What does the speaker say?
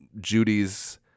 Judy's